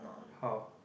how